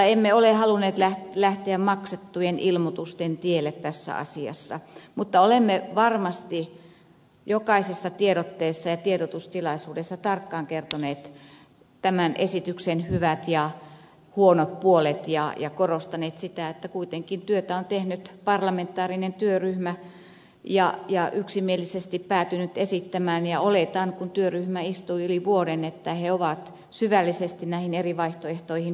emme ole halunneet lähteä maksettujen ilmoitusten tielle tässä asiassa mutta olemme varmasti jokaisessa tiedotteessa ja tiedotustilaisuudessa tarkkaan kertoneet tämän esityksen hyvät ja huonot puolet ja korostaneet sitä että kuitenkin työtä on tehnyt parlamentaarinen työryhmä joka on yksimielisesti päätynyt esittämään ja oletan kun työryhmä istui yli vuoden että he ovat syvällisesti näihin eri vaihtoehtoihin perehtyneet